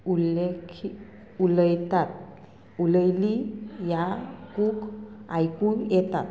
उल्लेख उलयतात उलयली ह्या कूक आयकून येतात